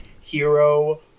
hero